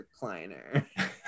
recliner